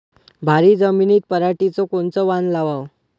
भारी जमिनीत पराटीचं कोनचं वान लावाव?